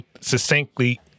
succinctly